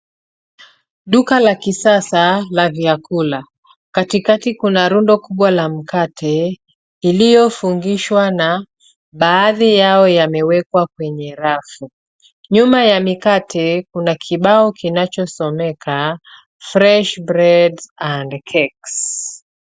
Duka la kisasa la vyakula, katikati kuna rundo kubwa la mkate iliyofungishwa na baadhi yao yamewekwa kwenye rafu. Nyuma ya mikate kuna kibao kinachosomeka fresh bread and cakes.